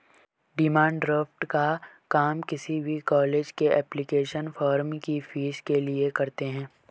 demand draft का काम किसी भी कॉलेज के एप्लीकेशन फॉर्म की फीस के लिए करते है